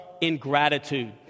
ingratitude